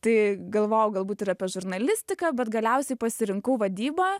tai galvojau galbūt ir apie žurnalistiką bet galiausiai pasirinkau vadybą